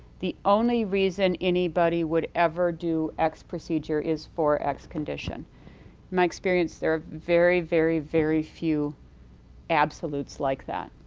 the only reason anybody would ever do x procedure is for x condition. in my experience, there are very, very, very few absolutes like that.